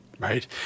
right